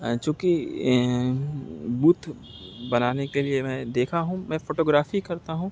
چوں کہ بت بنانے کے لیے میں دیکھا ہوں میں فوٹو گرافی کرتا ہوں